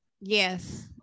Yes